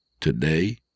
Today